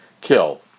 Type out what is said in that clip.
Kill